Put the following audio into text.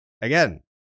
again